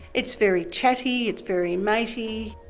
it's very chatty, it's very matey,